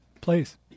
Please